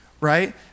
right